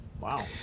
Wow